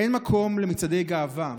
אין מקום למצעדי גאווה.